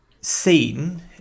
seen